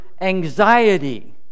anxiety